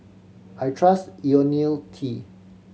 I trust Ionil T